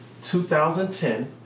2010